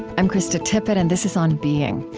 i'm krista tippett, and this is on being.